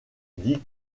dit